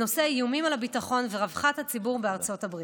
בנושא איומים על הביטחון ורווחת הציבור בארצות הברית.